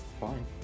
Fine